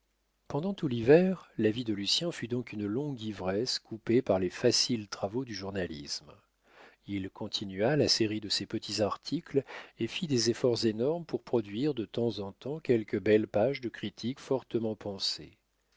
pendant tout l'hiver la vie de lucien fut donc une longue ivresse coupée par les faciles travaux du journalisme il continua la série de ses petits articles et fit des efforts énormes pour produire de temps en temps quelques belles pages de critique fortement pensée